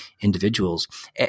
individuals